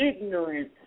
Ignorance